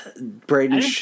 Braden